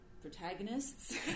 protagonists